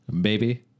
Baby